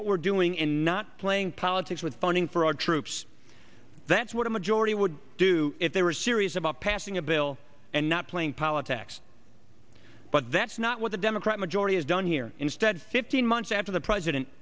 what we're doing in not playing politics with funding for our troops that's what a majority would do if they were serious about passing a bill and not playing politics but that's not what the democrat majority has done here instead fifteen months after the president